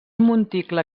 monticle